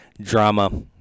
drama